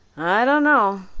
i don't know,